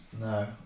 No